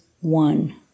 one